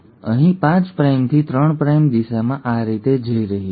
હવે અહીં 5 પ્રાઇમથી 3 પ્રાઇમ દિશા આ રીતે જઇ રહી છે